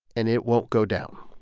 and it won't go down.